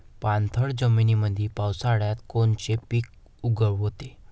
पाणथळ जमीनीमंदी पावसाळ्यात कोनचे पिक उगवते?